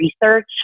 research